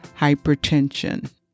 hypertension